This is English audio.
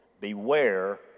beware